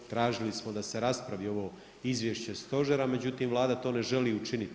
Tražili smo da se raspravi ovo Izvješće Stožera, međutim Vlada to ne želi učiniti.